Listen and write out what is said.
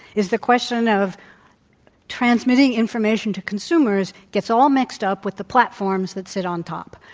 is the question of transmitting information to consumers gets all mixed up with the platforms that sit on top.